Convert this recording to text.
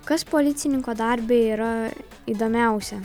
kas policininko darbe yra įdomiausia